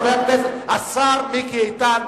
השר מיקי איתן.